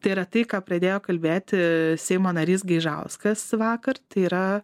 tai yra tai ką pradėjo kalbėti seimo narys gaižauskas vakar tai yra